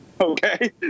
Okay